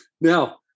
Now